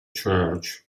church